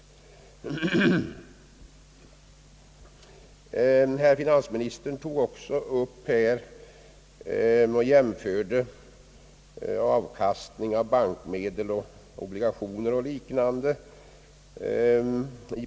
Herr finansministern gjorde en jämförelse i procent med avkastningen på bankmedel, obligationer och liknande.